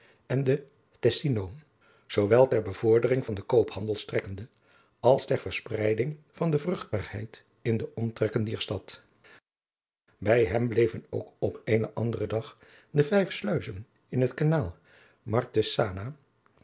en de tessino zoowel ter bevordering van den koophandel strekkende als ter verspreiding van de vruchtbaarheid in de omstreken dier stad bij hem bleven ook op eenen anderen dag de vijf sluizen in het kanaal martesana